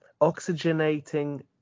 Oxygenating